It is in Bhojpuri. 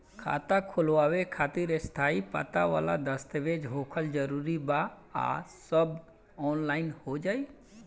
खाता खोलवावे खातिर स्थायी पता वाला दस्तावेज़ होखल जरूरी बा आ सब ऑनलाइन हो जाई?